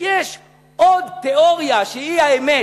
שיש עוד תיאוריה, שהיא האמת,